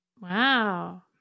Wow